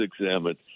examined